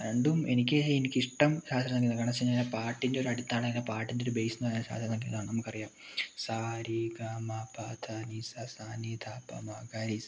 രണ്ടും എനിക്ക് എനിക്ക് ഇഷ്ട്ടം ശാസ്ത്രീയ സംഗിതം കാരണംന്ന് വെച്ച് കഴിഞ്ഞാൽ പാട്ടിൻ്റെ ഒരു അടുത്താണ് എന്ന പാട്ടിൻ്റെ ഒരു ബെയ്സ് എന്ന് പറഞ്ഞാൽ ശാസ്ത്രീയ സംഗീതമാണ് നമുക്ക് അറിയാം സ രി ഗ മ പ ധ നി സ സ നി ധ പ മ ഗ രി സ